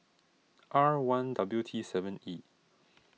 R one W T seven E